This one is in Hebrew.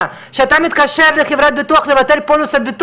כמו קווי רק"ל ובטח